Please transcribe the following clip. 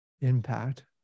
impact